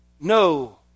No